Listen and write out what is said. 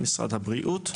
משרד הבריאות,